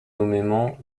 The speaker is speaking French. nommément